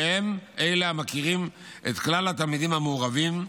שהם אלה המכירים את כלל התלמידים המעורבים,